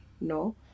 No